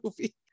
movie